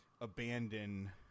abandon